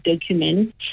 document